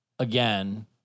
Again